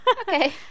Okay